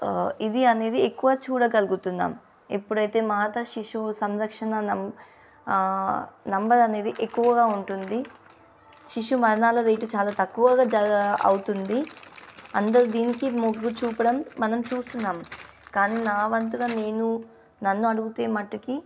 ఇది అనేది ఎక్కువ చూడగలుగుతున్నాము ఎప్పుడైతే మాత శిశువు సంరక్షణ నంబర్ అనేది ఎక్కువగా ఉంటుంది శిశువు మరణాల రేటు చాలా తక్కువగా జర అవుతుంది అందరూ దీనికి మొగ్గు చూపడం మనం చూస్తున్నాము కానీ నా వంతుగా నేను నన్ను అడుగితే మట్టుకి